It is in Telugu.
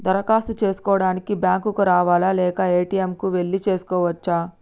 దరఖాస్తు చేసుకోవడానికి బ్యాంక్ కు రావాలా లేక ఏ.టి.ఎమ్ కు వెళ్లి చేసుకోవచ్చా?